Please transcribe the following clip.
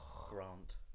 Grant